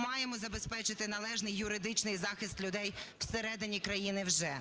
маємо забезпечити належний юридичний захист людей в середині країни вже.